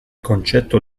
concetto